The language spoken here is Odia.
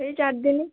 ସେଇ ଚାରିଦିନ